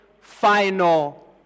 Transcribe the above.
final